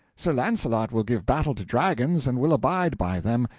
sir launcelot will give battle to dragons, and will abide by them,